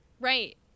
Right